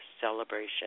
celebration